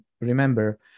remember